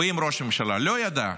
ואם ראש הממשלה לא ידע,